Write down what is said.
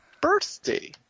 birthday